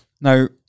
Now